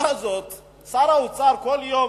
שר האוצר כל יום,